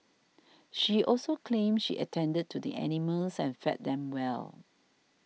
she also claimed she attended to the animals and fed them well